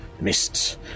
Mists